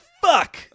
fuck